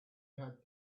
had